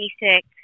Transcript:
basic